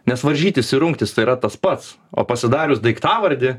nes varžytis ir rungtis tai yra tas pats o pasidarius daiktavardį